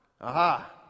Aha